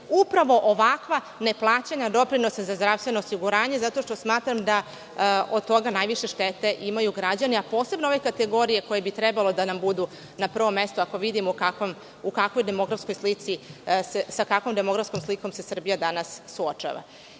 upravo ovakva ne plaćanja doprinosa za zdravstveno osiguranje zato što smatram da od toga najviše štete imaju građani, a posebno ove kategorije koje bi trebalo da nam budu na prvom mestu ako vidimo sa kakvom demografskom slikom se Srbija danas suočava. Kao